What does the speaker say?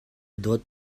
dawt